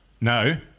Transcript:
No